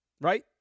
right